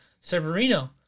Severino